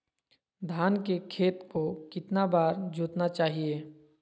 धान के खेत को कितना बार जोतना चाहिए?